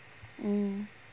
mm